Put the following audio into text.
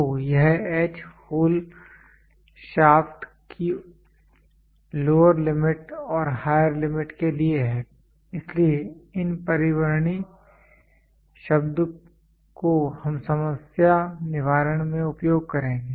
तो यह H hole shaft की लोअर लिमिट और हायर लिमिट के लिए है इसलिए इन परिवर्णी शब्द को हम समस्या निवारण में उपयोग करेंगे